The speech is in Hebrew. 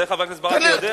את זה חבר הכנסת ברכה יודע?